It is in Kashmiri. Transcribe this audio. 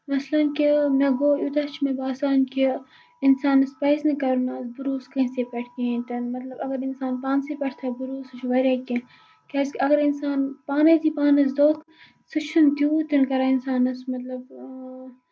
مَثلَن کہِ مےٚ گوٚو یوٗتاہ چھُ مےٚ باسان کہِ اِنسانَس پَزِ نہٕ کَرُن آز بَروٗسہٕ کٲنسہِ پٮ۪ٹھ کِہیںی تہِ نہٕ مطلب اَگر اِنسان پانسٕے پٮ۪ٹھ تھاووِ بَروسہٕ سُہ چھُ واریاہ کیٚنہہ کیازِ کہِ اَگرے اِنسان پانَے دی پانَس دۄنکھٕ سُہ چھُنہٕ تیوٗت تہِ کران اِنسانَس مطلب